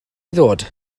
ddod